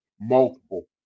multiple